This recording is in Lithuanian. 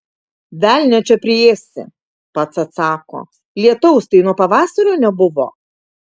velnią čia priėsi pats ir atsako lietaus tai nuo pavasario nebuvo